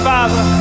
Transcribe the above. Father